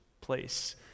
place